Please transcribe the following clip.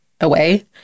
away